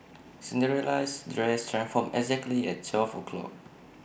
Cinderella's dress transformed exactly at twelve o'clock